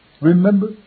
Remember